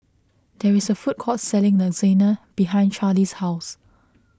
there is a food court selling Lasagna behind Charly's house